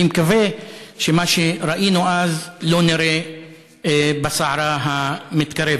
אני מקווה שמה שראינו אז לא נראה בסערה המתקרבת.